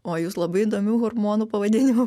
o jūs labai įdomių hormonų pavadinimų